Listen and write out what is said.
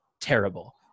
terrible